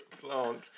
Plant